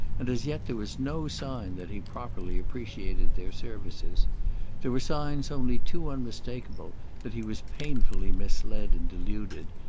and as yet there was no sign that he properly appreciated their services there were signs only too unmistakeable that he was painfully misled and deluded,